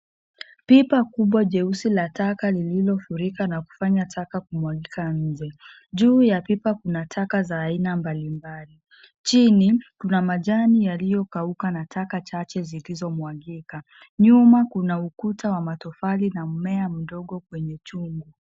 Pipa kubwa jeusi la taka lililofurika na kufanya taka kumwagika nje. Juu ya pipa, kuna taka za aina mbalimbali. Chini, kuna majani yaliyokauka na taka chache zilizomwagika. Nyuma kuna ukuta wa matofali na mmea mdogo kwenye chombo.